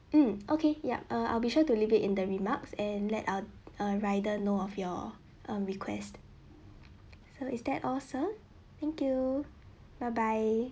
mm okay yup err I'll be sure to leave it in the remarks and let our uh rider know of your um request so is that all sir thank you bye bye